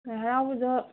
ꯂꯥꯏ ꯍꯥꯔꯥꯎꯕꯗꯣ